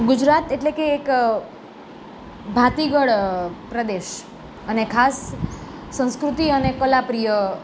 ગુજરાત એટલે કે એક ભાતીગળ પ્રદેશ અને ખાસ સંસ્કૃતિ અને કલા પ્રિય